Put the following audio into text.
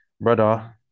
brother